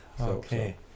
okay